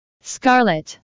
Scarlet